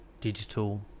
digital